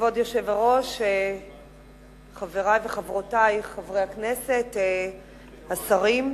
כבוד היושב-ראש, חברי וחברותי חברי הכנסת, השרים,